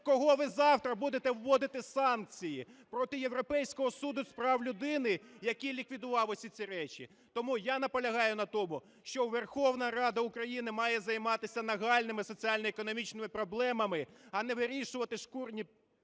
кого ви завтра буде вводити санкції? Проти Європейського суду з прав людини, який ліквідував усі ці речі? Тому я наполягаю на тому, що Верховна Рада України має займатися нагальними соціально-економічними проблемами, а не вирішувати шкурні